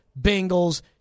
Bengals